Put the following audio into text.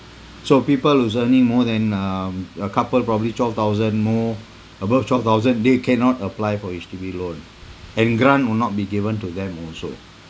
so people who's earning more than um a couple probably twelve thousand more above twelve thousand they cannot apply for H_D_B loan and grant will not be given to them also